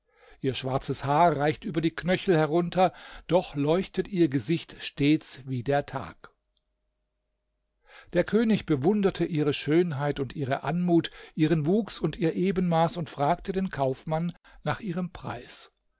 ihr schwarzes haar reicht über die knöchel herunter doch leuchtet ihr gesicht stets wie der tag der könig bewunderte ihre schönheit und ihre anmut ihren wuchs und ihr ebenmaß und fragte den kaufmann nach ihrem preis